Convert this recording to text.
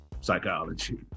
psychology